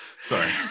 Sorry